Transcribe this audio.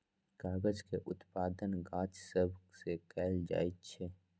कागज के उत्पादन गाछ सभ से कएल जाइ छइ